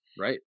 Right